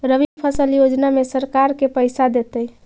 रबि फसल योजना में सरकार के पैसा देतै?